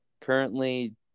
currently